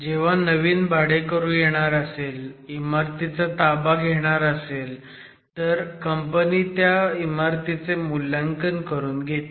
जेव्हा नवीन भाडेकरू येणार असेल इमारतीचा ताबा घेणार असेल तर कंपनी त्या इमारतीचे मूल्यांकन करून घेते